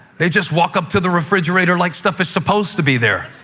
they just walk up to the refrigerator like stuff is supposed to be there.